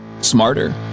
smarter